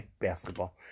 basketball